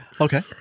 Okay